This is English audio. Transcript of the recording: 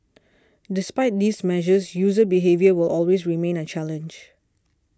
despite these measures user behaviour will always remain a challenge